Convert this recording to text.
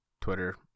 Twitter